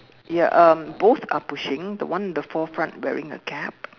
ya um both are pushing the one in the fore front wearing a cap